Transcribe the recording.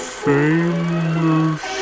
famous